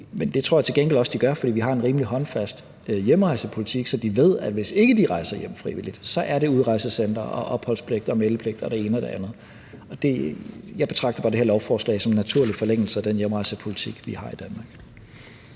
Men det tror jeg til gengæld også at de gør, fordi vi har en rimelig håndfast hjemrejsepolitik, så de ved, at hvis de ikke rejser hjem frivilligt, så er der udrejsecenter og opholdspligt og meldepligt og det ene og det andet. Jeg betragter bare det her lovforslag som en naturlig forlængelse af den hjemrejsepolitik, vi har i Danmark.